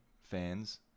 fans